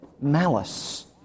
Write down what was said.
Malice